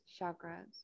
chakras